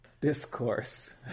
discourse